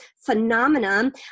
phenomenon